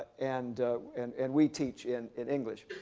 and and and we teach in in english.